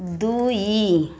ଦୁଇ